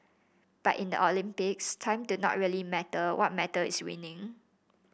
but in the Olympics time do not really matter what matter is winning